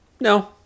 no